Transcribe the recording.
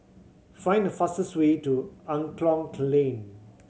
find the fastest way to Angklong Lane